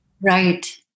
Right